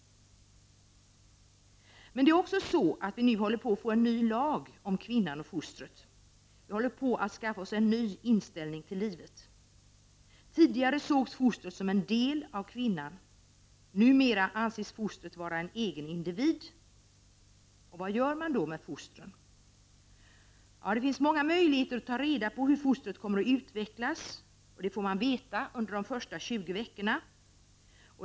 Vi håller också på att få en ny lag om kvinnan och fostret. Vi håller på att skaffa oss en ny inställning till livet. Tidigare sågs fostret som en del av kvinnan, numera anses fostret vara en egen individ. Vad gör man då med fostren? Jo, det finns många möjligheter att ta reda på hur fostret kommer att utvecklas, och det får man veta under de första 20 veckorna.